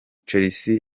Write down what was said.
chelsea